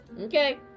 okay